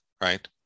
right